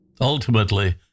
Ultimately